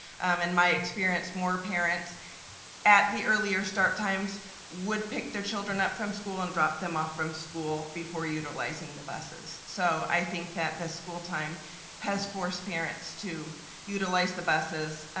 in my experience more parents at the earlier start times would pick their children up from school and drop them off to school before utilizing the buses. so i think that the school time has forced parents to utilize the buses,